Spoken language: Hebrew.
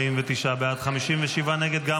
49 בעד, 57 נגד.